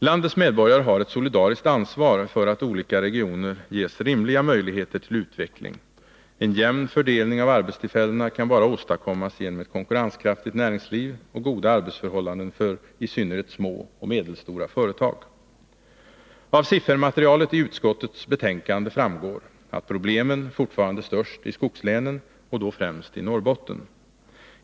Landets medborgare har ett solidariskt ansvar för att olika regioner ges rimliga möjligheter till utveckling. En jämn fördelning av arbetstillfällena kan bara åstadkommas genom ett konkurrenskraftigt näringsliv och goda arbetsförhållanden för i synnerhet små och medelstora företag. Av siffermaterialet i utskottets betänkande framgår att problemen fortfarande är störst i skogslänen, främst i Norrbotten.